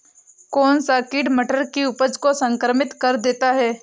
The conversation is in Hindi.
कौन सा कीट मटर की उपज को संक्रमित कर देता है?